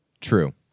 true